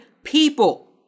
people